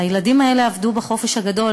הילדים האלה עבדו בחופש הגדול.